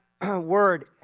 word